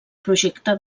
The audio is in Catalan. projecte